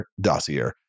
dossier